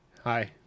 Hi